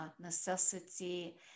necessity